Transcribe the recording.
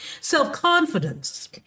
Self-confidence